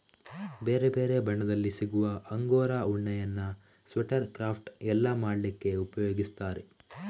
ಬೇರೆ ಬೇರೆ ಬಣ್ಣದಲ್ಲಿ ಸಿಗುವ ಅಂಗೋರಾ ಉಣ್ಣೆಯನ್ನ ಸ್ವೆಟರ್, ಕ್ರಾಫ್ಟ್ ಎಲ್ಲ ಮಾಡ್ಲಿಕ್ಕೆ ಉಪಯೋಗಿಸ್ತಾರೆ